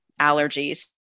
allergies